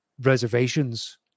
reservations